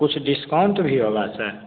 कुछ डिस्काउंट भी होगा सर